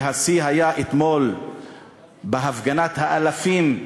שהשיא שלהן היה אתמול בהפגנת האלפים,